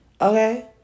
Okay